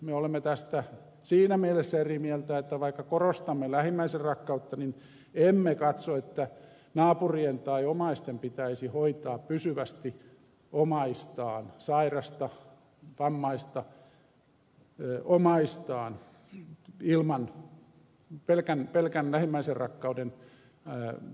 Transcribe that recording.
me olemme tästä siinä mielessä eri mieltä että vaikka korostamme lähimmäisenrakkautta niin emme katso että naapurien tai omaisten pitäisi hoitaa pysyvästi omaistaan sairasta vammaista omaistaan pelkän lähimmäisenrakkauden tuella